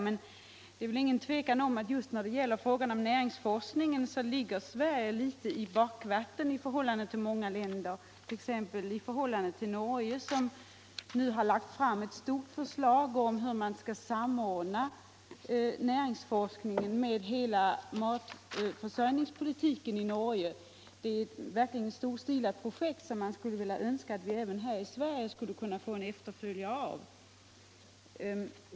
Men det är nog inget tvivel om att Sverige just när det gäller näringsforskning ligger i bakvattnet i förhållande till många andra länder, t.ex. Norge där man nu lagt fram ett stort förslag om hur man skall samordna näringsforskningen med hela matförsörjningspolitiken i Norge. Det är verkligen ett storstilat projekt som man skulle önska att vi här i Sverige skulle få en efterföljare till.